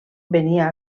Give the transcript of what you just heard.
venia